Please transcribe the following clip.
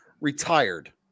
retired